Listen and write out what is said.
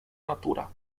natura